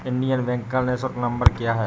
Indian Bank का निःशुल्क number क्या है?